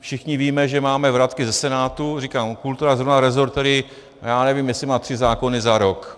Všichni víme, že máme vratky ze Senátu, říkám, kultura je zrovna resort, který já nevím, jestli má tři zákony za rok.